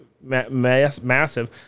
massive